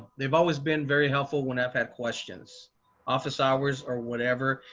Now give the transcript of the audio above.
they've always been very helpful when i've had questions office hours or whatever,